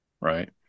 right